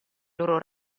loro